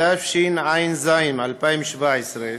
התשע"ז 2017,